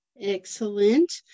Excellent